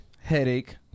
headache